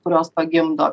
kurios pagimdo